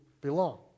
belong